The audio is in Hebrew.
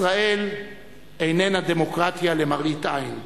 ישראל איננה דמוקרטיה למראית עין.